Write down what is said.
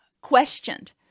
questioned